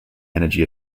energy